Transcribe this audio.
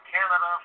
Canada